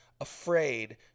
afraid